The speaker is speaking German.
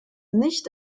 nicht